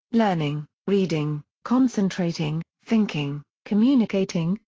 learning, reading, concentrating, thinking, communicating,